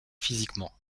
physiquement